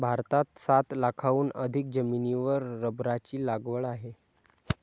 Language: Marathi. भारतात सात लाखांहून अधिक जमिनीवर रबराची लागवड आहे